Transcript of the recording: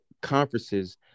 conferences